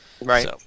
Right